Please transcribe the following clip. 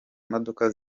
modoka